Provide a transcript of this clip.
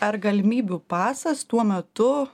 ar galimybių pasas tuo metu